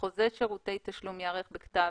"חוזה שירותי תשלום ייערך בכתב,